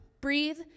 breathe